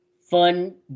fun